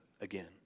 again